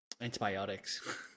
Antibiotics